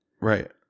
right